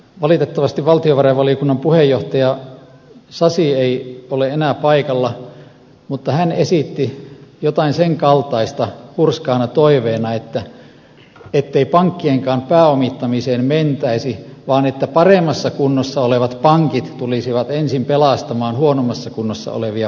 valitettavasti valtiovarainvaliokunnan puheenjohtaja sasi ei ole enää paikalla mutta hän esitti jotain sen kaltaista hurskaana toiveena ettei pankkienkaan pääomittamiseen mentäisi vaan että paremmassa kunnossa olevat pankit tulisivat ensin pelastamaan huonommassa kunnossa olevia pankkeja